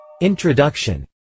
Introduction